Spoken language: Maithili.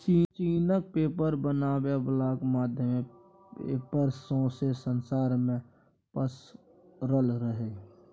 चीनक पेपर बनाबै बलाक माध्यमे पेपर सौंसे संसार मे पसरल रहय